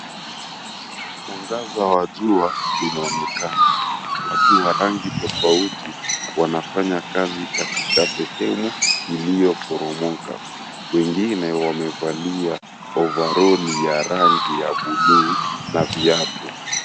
Mwangaza wa jua unaonekana. Watu wa rangi tofauti wanafanya kazi katika sehemu iliyoporomoka. Wengine wamevalia ovaroli ya rangi ya buluu na viatu.